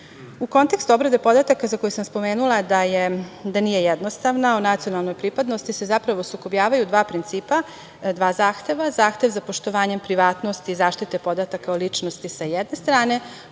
kontekstu obrade podataka za koje sam spomenula da nije jednostavna, o nacionalnoj pripadnosti se zapravo sukobljavaju dva principa, dva zahteva, zahtev za poštovanje privatnosti i zaštite podataka o ličnosti, sa jedne strane,